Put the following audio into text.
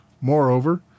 Moreover